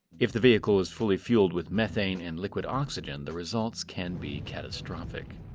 if the vehicle is fully fueled with methane and liquid oxygen, the results can be catastrophic.